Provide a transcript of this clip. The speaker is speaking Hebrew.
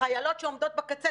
שחיילות שעומדות בקצה,